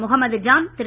Mohammed Jan Thiru